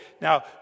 Now